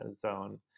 zone